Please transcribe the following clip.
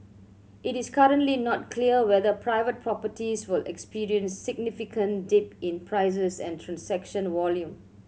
it is currently not clear whether private properties will experience significant dip in prices and transaction volume